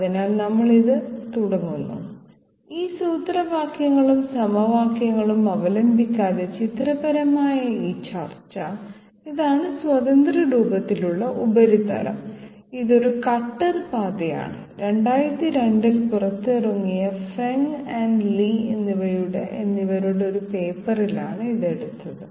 അതിനാൽ നമ്മൾ ഇത് ആരംഭിക്കുന്നു ഈ സൂത്രവാക്യങ്ങളും സമവാക്യങ്ങളും അവലംബിക്കാതെ ചിത്രപരമായ ഈ ചർച്ച ഇതാണ് സ്വതന്ത്ര രൂപത്തിലുള്ള ഉപരിതലം ഇതൊരു കട്ടർ പാതയാണ് 2002 ൽ പുറത്തിറങ്ങിയ ഫെംഗ് ആൻഡ് ലീ എന്നിവരുടെ ഒരു പേപ്പറിലാണ് ഇത് എടുത്തത്